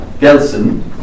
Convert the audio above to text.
Gelsen